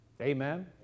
Amen